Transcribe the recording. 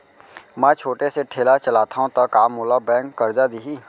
मैं छोटे से ठेला चलाथव त का मोला बैंक करजा दिही?